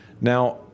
Now